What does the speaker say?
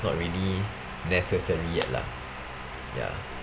not really necessary yet lah ya